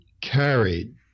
carried